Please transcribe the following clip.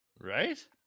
Right